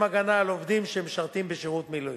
הגנה על עובדים שמשרתים בשירות מילואים.